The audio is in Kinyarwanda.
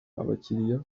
abakiriya